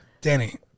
Danny